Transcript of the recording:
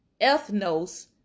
ethnos